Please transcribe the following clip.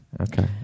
Okay